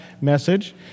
message